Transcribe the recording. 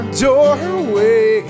doorway